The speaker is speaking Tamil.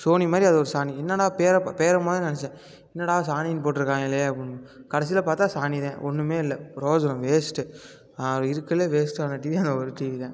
சோனி மாதிரி அது ஒரு சாணி என்னடா பேர் பேர் முதலில் நெனைச்சேன் என்னடா சாணின்னு போட்ருக்காய்ங்களே அப்புடின்னு கடைசியில் பார்த்தா சாணிதான் ஒன்றுமே இல்லை புரோஜனம் வேஸ்ட்டு அது இருக்கறதிலேயே வேஸ்ட்டான டிவி அந்த ஒரு டிவிதான்